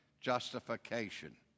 justification